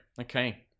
Okay